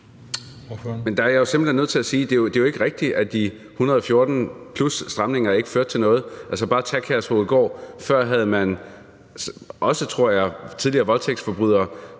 Der er jeg simpelt hen nødt til at sige, at det jo ikke er rigtigt, at de 114+ stramninger ikke førte til noget. Altså, bare tag Kærshovedgård. Før havde man også, tror jeg, tidligere voldtægtsforbrydere,